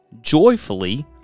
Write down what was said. joyfully